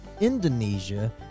Indonesia